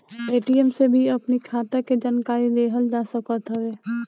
ATM से भी अपनी खाता के जानकारी लेहल जा सकत हवे